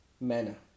manner